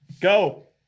Go